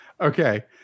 Okay